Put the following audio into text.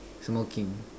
smoking